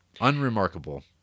unremarkable